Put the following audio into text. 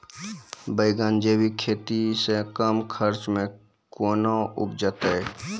बैंगन जैविक खेती से कम खर्च मे कैना उपजते?